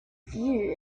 view